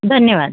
धन्यवाद